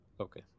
Okay